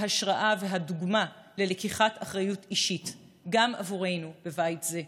ההשראה והדוגמה ללקיחת אחריות אישית גם עבורנו בבית זה.